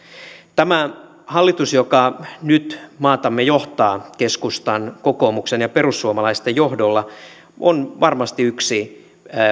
tämä hallitus joka nyt maatamme johtaa keskustan kokoomuksen ja perussuomalaisten johdolla on varmasti yksi